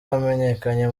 wamenyekanye